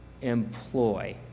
employ